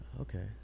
okay